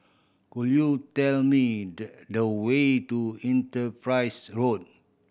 could you tell me the the way to Enterprise Road